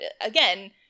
Again